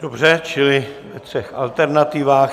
Dobře, čili ve třech alternativách.